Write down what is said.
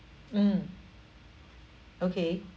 mm okay